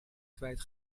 kwijt